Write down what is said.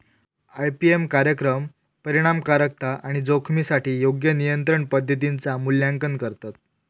IPM कार्यक्रम परिणामकारकता आणि जोखमीसाठी योग्य नियंत्रण पद्धतींचा मूल्यांकन करतत